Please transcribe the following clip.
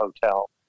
hotel